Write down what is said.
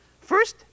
First